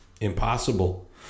impossible